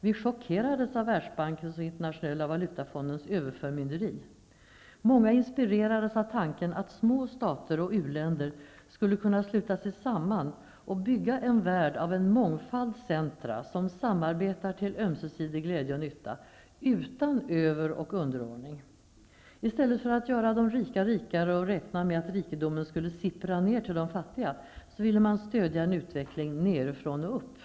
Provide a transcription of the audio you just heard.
Vi chockerades av Världsbankens och Internationella valutafondens överförmynderi. Många inspirerades av tanken att små stater och u-länder skulle kunna sluta sig samman och bygga en värld av en mångfald centra som samarbetar till ömsesidig glädje och nytta, utan över och underordning. I stället för att göra de rika rikare och räkna med att rikedomen skulle sippra ned till de fattiga, ville man stödja en utveckling ''nedifrån och upp''.